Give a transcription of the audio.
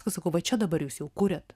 sakau va čia dabar jūs jau kuriat